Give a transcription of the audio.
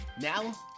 Now